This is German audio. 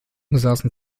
besaßen